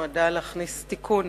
נועדה להכניס תיקון